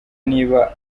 niba